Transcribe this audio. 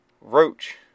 Roach